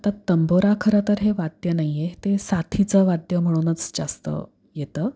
आता तंबोरा खरं तर हे वाद्य नाही आहे ते साथीचं वाद्य म्हणूनच जास्त येतं